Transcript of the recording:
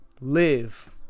live